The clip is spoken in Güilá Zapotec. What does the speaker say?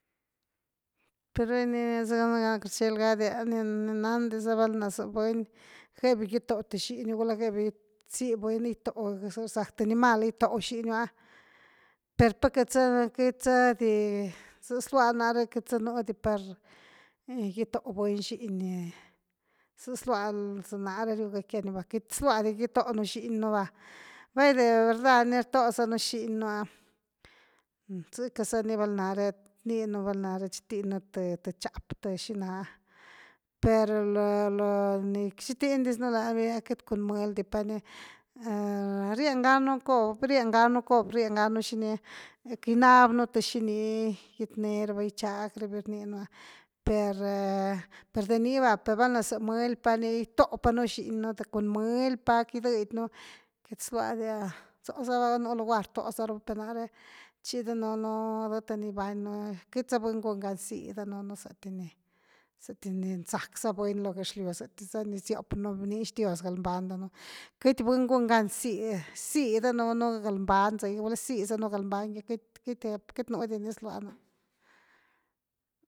Per rani, sega na queity rchel gadiani nandisia valna sa buny, gebiu gito th xiñ, gula gebiu zi buny, gitoo, za rsack th animal gitoo xiñá, per pat queity sa, queity sa di, zë slua nare, queity sa nú di par gitoo buny xiñni. Zë slua san are riugëckia ni va, queity slua dia gitoo un xiñnu va, vaide verdad ni rtó sanu xiñnu ah zecka sani val’nare rninu, val’nare chotiñnu th chap, th xina ah, per lo- lo ni chotiñdis nú lavi, queity cun mëly di pani, rienganu cobr, rienganu cobr, rienganu xini ah que ginabnu th xinigitne rava gichagví rninu ah per, per de niva valna za mëly pa ni gitoo panu xiñnu de cun mëñy pa gigëdnu, queity slua dia, zóh za va gulá nú lugar rtoza rava per náre, chi danuunu dëthe ni gibañnu queity za buny gun gan gizí danuunu saty ni, saty ni sack sa buny lo gëxlyw, sety sani siopnu, bnix dios galbany danun, queity buny gun gan zy, zy danuunu galbany za gy, gula zy sanu galbanyqueity, queity-queity nú di ni slua na.